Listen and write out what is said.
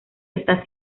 están